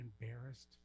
embarrassed